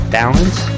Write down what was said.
balance